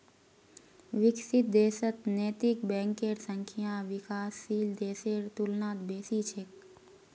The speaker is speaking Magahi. विकसित देशत नैतिक बैंकेर संख्या विकासशील देशेर तुलनात बेसी छेक